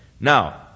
Now